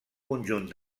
conjunt